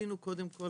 עשינו הרבה